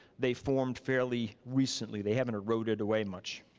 they formed fairly recently, they haven't eroded away much.